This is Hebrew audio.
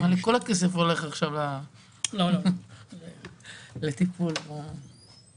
כל הכסף הולך עכשיו לטיפול ב --- יש